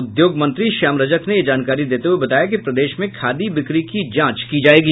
उद्योग मंत्री श्याम रजक ने यह जानकारी देते हुये बताया कि प्रदेश में खादी बिक्री की जांच की जायेगी